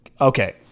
Okay